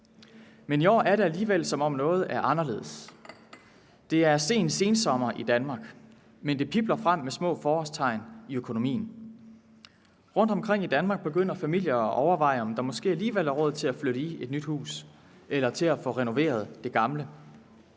Men i år er det alligevel, som om noget er anderledes. Det er sen sensommer, men det pibler frem med små forårstegn i økonomien. Rundtomkring i Danmark begynder familier at overveje, om der måske alligevel er råd til at flytte i et nyt hus eller til at få renoveret det gamle.